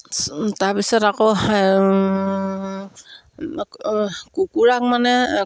তাৰপিছত আকৌ কুকুৰাক মানে